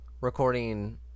recording